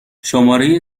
شماره